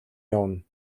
явна